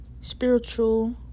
spiritual